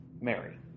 Mary